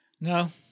No